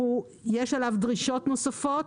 יש עליו דרישות נוספות,